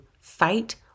fight